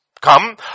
come